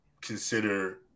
consider